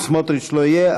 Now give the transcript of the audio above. אם סמוטריץ לא יהיה,